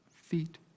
feet